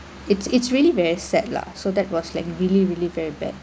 it's it's really very sad lah so that was like really really very bad